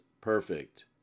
perfect